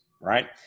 right